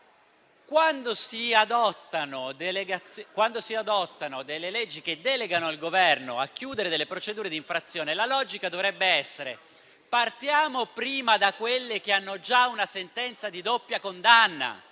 Quando si adottano leggi che delegano il Governo a chiudere procedure di infrazione, la logica dovrebbe essere quella di partire prima da quelle che hanno già una sentenza di doppia condanna